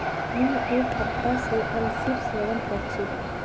मुई एक हफ्ता स अलसीर सेवन कर छि